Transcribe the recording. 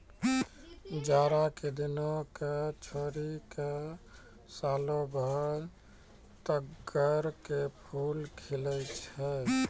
जाड़ा के दिनों क छोड़ी क सालों भर तग्गड़ के फूल खिलै छै